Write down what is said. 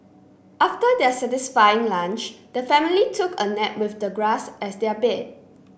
after their satisfying lunch the family took a nap with the grass as their bed